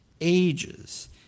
ages